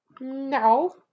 No